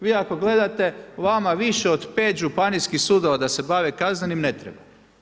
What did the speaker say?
Vi ako gledate, vama više od 5 županijskih sudova, da se bave kaznenim ne treba.